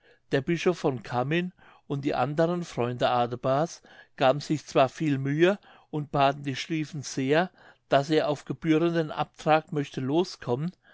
der bischof von cammin und die anderen freunde adebars gaben sich zwar viele mühe und baten die schlieffen sehr daß er auf gebührenden abtrag möchte loskommen